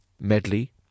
Medley